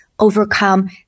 overcome